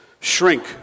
shrink